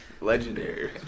legendary